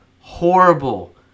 horrible